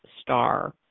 star